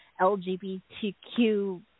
LGBTQ